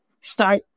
start